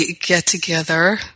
get-together